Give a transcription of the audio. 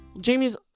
Jamie's